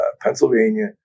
Pennsylvania